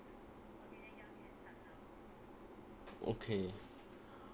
okay